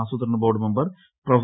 ആസൂത്രണ board member prof